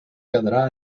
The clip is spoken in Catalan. quedarà